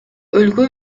өлкө